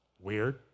weird